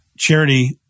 charity